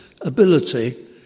ability